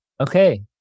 okay